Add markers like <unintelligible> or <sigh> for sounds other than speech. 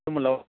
<unintelligible>